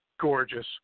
gorgeous